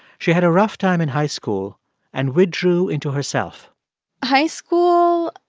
she had a rough time in high school and withdrew into herself high school,